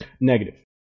Negative